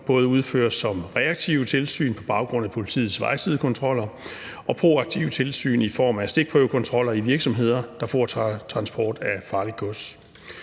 både udføres som reaktive tilsyn på baggrund af politiets vejsidekontroller og proaktive tilsyn i form af stikprøvekontroller i virksomheder, der foretager transport af farligt gods.